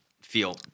feel –